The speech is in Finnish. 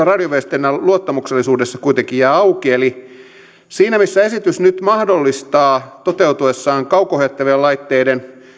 radioviestinnän luottamuksellisuudessa kuitenkin jää auki siinä missä esitys nyt mahdollistaa toteutuessaan kauko ohjattavien laitteiden